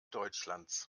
deutschlands